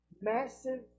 Massive